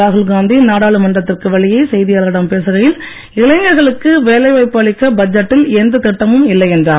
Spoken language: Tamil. ராகுல்காந்தி நாடாளுமன்றத்திற்கு வெளியே செய்தியாளர்களிடம் பேசுகையில் இளைஞர்களுக்கு வேலை வாய்ப்பு அளிக்க பட்ஜெட்டில் எந்த திட்டமும் இல்லை என்றார்